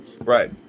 Right